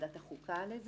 ועדת החוקה לזה.